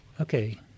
Okay